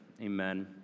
amen